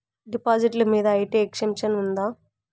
డిపాజిట్లు మీద IT exemption ఉందా?